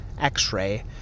x-ray